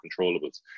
controllables